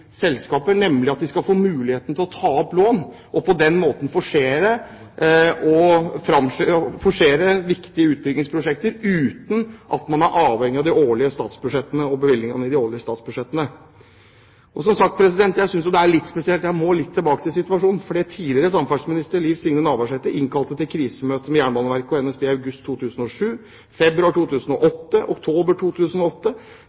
selskaper, nemlig at de skal få muligheten til å ta opp lån, og på den måten forsere viktige utbyggingsprosjekter, uten at de er avhengige av bevilgningene i de årlige statsbudsjettene. Som sagt synes jeg det er litt spesielt – jeg må litt tilbake til den nåværende situasjonen. Tidligere samferdselsminister Liv Signe Navarsete innkalte til krisemøte med Jernbaneverket og NSB i august 2007, i februar